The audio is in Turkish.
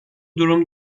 durum